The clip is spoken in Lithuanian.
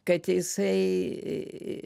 kad jisai